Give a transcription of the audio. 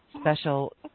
special